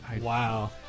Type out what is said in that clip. Wow